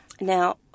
Now